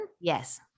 Yes